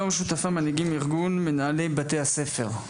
יו"ר שותפה של מנהיגים ארגון מנהלי בתי הספר.